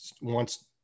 wants